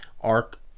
arc